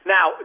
Now